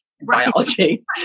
biology